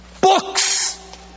Books